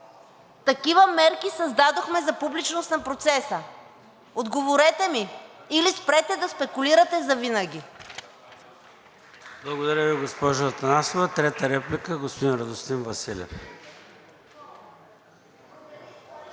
Такива мерки създадохме за публичност на процеса. Отговорете ми или спрете да спекулирате завинаги.